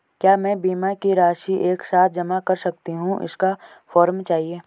क्या मैं बीमा की राशि एक साथ जमा कर सकती हूँ इसका फॉर्म चाहिए?